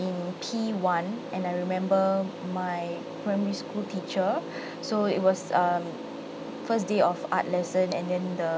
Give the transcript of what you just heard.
in P one and I remember my primary school teacher so it was um first day of art lesson and then the